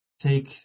take